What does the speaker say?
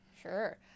Sure